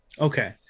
Okay